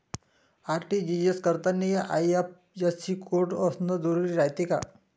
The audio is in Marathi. आर.टी.जी.एस करतांनी आय.एफ.एस.सी कोड असन जरुरी रायते का?